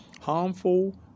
Harmful